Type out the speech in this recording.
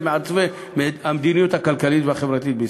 מעצבי המדיניות הכלכלית והחברתית בישראל.